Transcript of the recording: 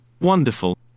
Wonderful